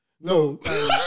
No